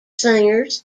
singers